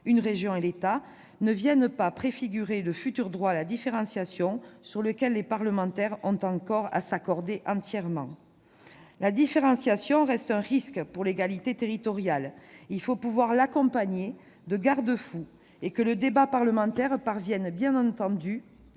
une région et l'État, ne vienne pas préfigurer le futur droit à la différenciation, sur lequel les parlementaires doivent encore s'accorder entièrement. La différenciation reste un risque pour l'égalité territoriale. Il faut pouvoir l'accompagner de garde-fous et le débat parlementaire doit bien entendu